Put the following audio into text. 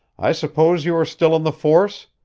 i suppose you are still on the force?